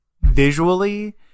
visually